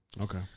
Okay